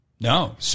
No